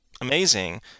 amazing